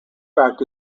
fact